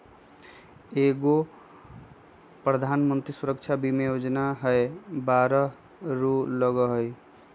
एगो प्रधानमंत्री सुरक्षा बीमा योजना है बारह रु लगहई?